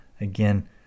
Again